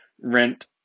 rent